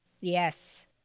yes